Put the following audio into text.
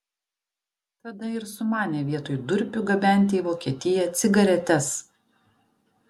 tada ir sumanė vietoj durpių gabenti į vokietiją cigaretes